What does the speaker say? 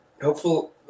Helpful